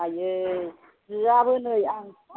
आयै सियाबो नै आं फिसा